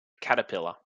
caterpillar